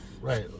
Right